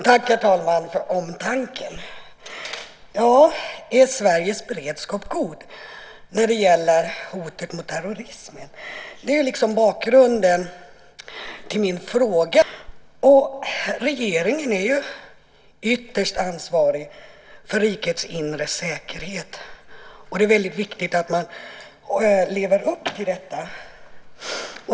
Herr talman! Är Sveriges beredskap god när det gäller hotet från terrorismen? Det är bakgrunden till min fråga till justitieministern. Regeringen är ytterst ansvarig för rikets inre säkerhet, och det är väldigt viktigt att man lever upp till detta.